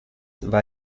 war